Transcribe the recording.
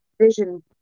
vision